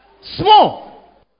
Small